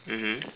mmhmm